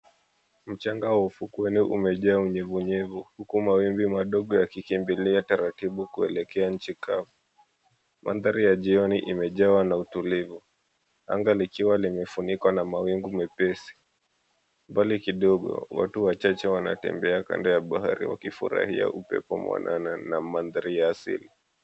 Mchanga wa ufukweni imejaa unyevunyevu huku mawimbi madogo yakikimbilia taratibu nchi kavu. Maandhari ya jioni imejawa na utulivu anga likiwa limefunikwa na mawingu mepesi. Mbali kidogo watu wachache wanatembea kando ya bahari wakifurahia upepo mwanana ya maandhari asili.